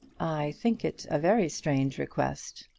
i think it a very strange request.